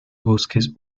bosques